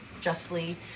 justly